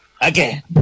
again